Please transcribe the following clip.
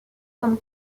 comme